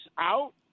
out